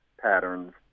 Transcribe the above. patterns